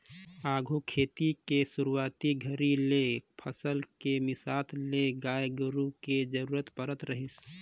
आघु खेती के सुरूवाती घरी ले फसल के मिसात ले गाय गोरु के जरूरत पड़त रहीस